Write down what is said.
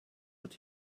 what